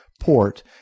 port